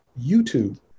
YouTube